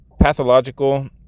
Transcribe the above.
pathological